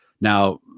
Now